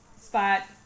spot